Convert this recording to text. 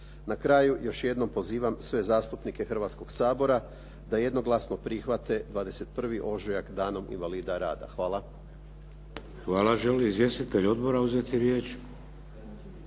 Na kraju još jednom pozivam sve zastupnike Hrvatskog sabora da jednoglasno prihvate 21. ožujak danom invalida rada. Hvala. **Šeks, Vladimir (HDZ)** Hvala. Žele li izvjestitelji odbora uzeti riječ?